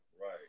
right